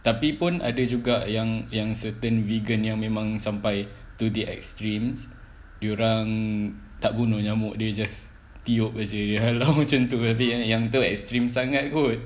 tapi pun ada juga yang yang certain vegan yang memang sampai to the extremes dia orang tak bunuh nyamuk they just tiup jer a lot macam tu jadi ah yang tu extreme sangat kot